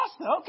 Okay